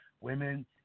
Women